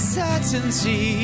certainty